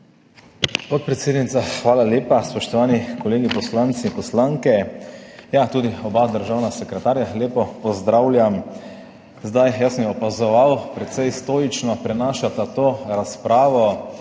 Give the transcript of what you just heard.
Podpredsednica, hvala lepa. Spoštovani kolegi poslanci, poslanke, tudi oba državna sekretarja lepo pozdravljam! Jaz sem opazoval, precej stoično prenašata to razpravo,